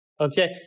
okay